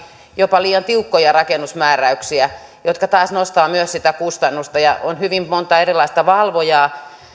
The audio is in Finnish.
jopa liian tiukkoja rakennusmääräyksiä jotka taas nostavat myös sitä kustannusta ja on hyvin monta erilaista valvojaa